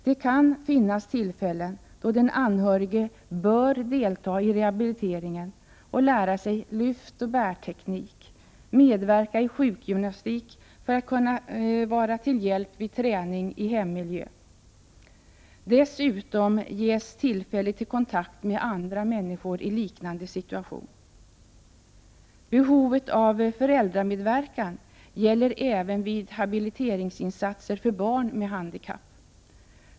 Det kan finnas tillfällen då den anhörige bör delta i rehabilitering och lära sig lyftoch bärteknik, medverka i sjukgymastik för att kunna vara till hjälp vid träning i hemmiljö. Dessutom ges tillfälle till kontakt med andra människor i liknande situation. Behovet av föräldramedverkan gäller även vid habiliteringsinsatser för barn med handikapp.